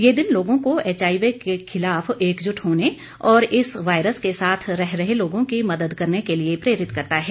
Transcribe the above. यह दिन लोगों को एचआईवी के खिलाफ एकजुट होने और इस वायरस के साथ रह रहे लोगों की मदद करने के लिए प्रेरित करता है